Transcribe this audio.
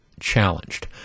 challenged